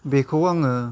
बेखौ आङो